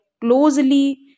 closely